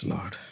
Lord